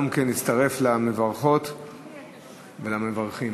להצטרף למברכות ולמברכים.